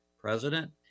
President